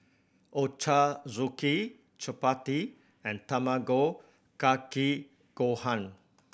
Ochazuke Chapati and Tamago Kake Gohan